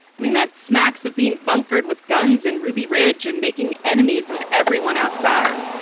i mean, that smacks of being bunkered with guns in ruby ridge and making enemies of everyone outside.